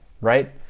right